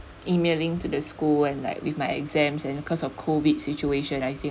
emailing to the school and like with my exams and because of COVID situation I think